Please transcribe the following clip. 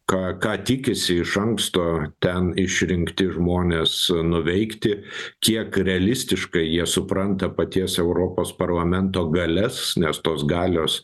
ką ką tikisi iš anksto ten išrinkti žmonės nuveikti kiek realistiškai jie supranta paties europos parlamento galias nes tos galios